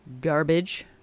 garbage